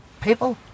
people